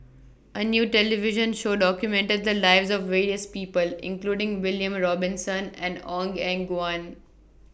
A New television Show documented The Lives of various People including William Robinson and Ong Eng Guan